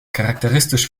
charakteristisch